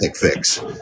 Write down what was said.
fix